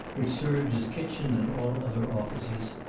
which served as kitchen and all other offices,